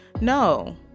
no